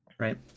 Right